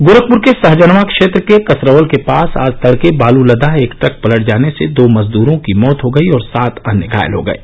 गोरखपुर के सहजनवां क्षेत्र के कसरवल के पास आज तड़के बालू लदा एक ट्रक पलट जाने से दो मजदूरों की मौत हो गयी और सात अन्य घायल हो गये